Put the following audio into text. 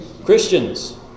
Christians